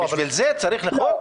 בשביל זה צריך חוק?